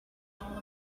all